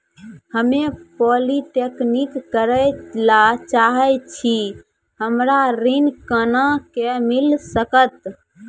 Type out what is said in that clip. हम्मे पॉलीटेक्निक करे ला चाहे छी हमरा ऋण कोना के मिल सकत?